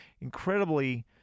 Incredibly